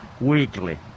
weekly